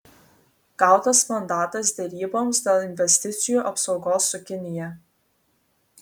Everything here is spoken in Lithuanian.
gautas mandatas deryboms dėl investicijų apsaugos su kinija